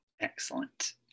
Excellent